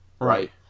Right